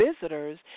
visitors